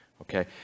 Okay